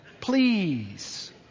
Please